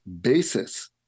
basis